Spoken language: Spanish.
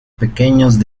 pequeños